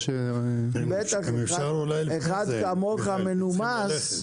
בטח, אחד כמוך, מנומס.